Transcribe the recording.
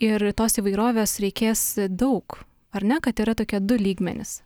ir tos įvairovės reikės daug ar ne kad yra tokie du lygmenis